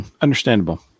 Understandable